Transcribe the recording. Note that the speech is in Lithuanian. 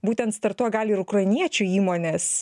būtent startuok gali ir ukrainiečių įmonės